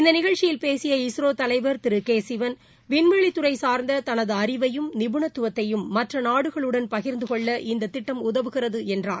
இந்த நிகழ்ச்சியில் பேசிய இஸ்ரோ தலைவர் திரு கே சிவன் விண்வெளி துறை சாா்ந்த தனது அறிவையும் நிபுணத்துவத்தையும் மற்ற நாடுகளுடன் பகிர்ந்து கொள்ள இந்த திட்டம் உதவுகிறது என்றார்